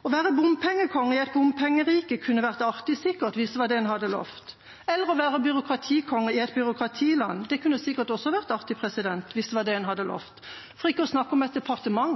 Å være byråkratikonge i et byråkratiland kunne sikkert også vært artig hvis det var det en hadde lovet – for ikke å snakke om i et departement.